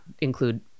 include